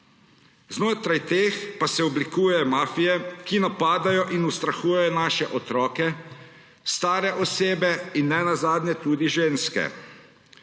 znotraj teh pa se oblikujejo mafije, ki napadajo in ustrahujejo naše otroke, stare osebe in ne nazadnje tudi ženske.